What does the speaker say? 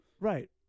Right